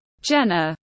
Jenna